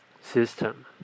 system